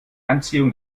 anziehung